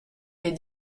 des